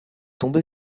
tombé